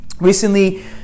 recently